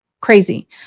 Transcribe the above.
crazy